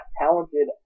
talented